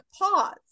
Pause